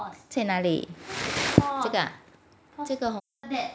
在哪里这个啊